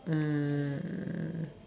um